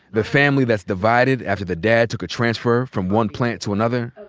the family that's divided after the dad took a transfer from one plant to another,